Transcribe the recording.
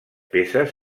peces